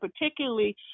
particularly